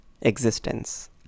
existence